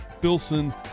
Filson